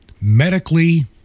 medically